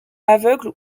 aveugles